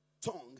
Tongue